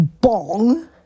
bong